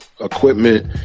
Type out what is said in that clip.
equipment